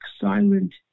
silent